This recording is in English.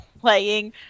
playing